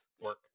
work